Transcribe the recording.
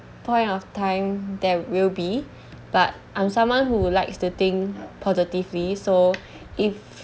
point of time there will be but I'm someone who likes to think positively so if